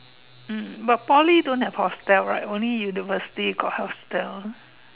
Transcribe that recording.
mm but Poly don't have hostel right only university got hostel